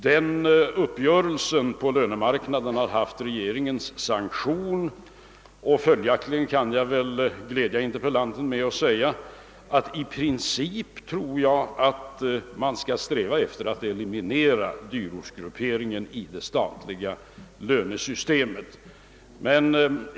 Denna uppgörelse på lönemarknaden har haft regeringens sanktion, och jag kan glädja interpellanten med att säga att jag i princip tror att man skall sträva efter att eliminera dyrortsgrupperingen i det statliga systemet.